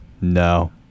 no